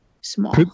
small